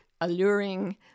alluring